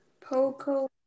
Poco